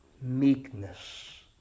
meekness